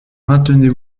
maintenez